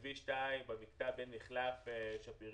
כביש 2, במקטע בין מחלף שפיים